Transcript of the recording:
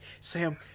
Sam